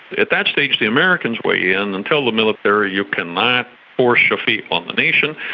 at that stage the americans weigh in and tell the military, you cannot force shafiq on the nation,